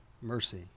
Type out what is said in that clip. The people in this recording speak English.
mercy